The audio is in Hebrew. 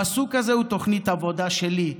הפסוק הזה הוא תוכנית העבודה שלי,